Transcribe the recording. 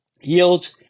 Yields